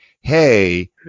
hey